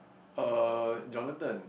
uh Jonathan